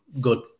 good